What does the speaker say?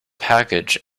package